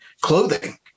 clothing